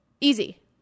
Easy